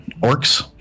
orcs